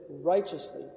righteously